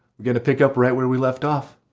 we're gonna pick up right where we left off.